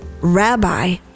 rabbi